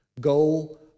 go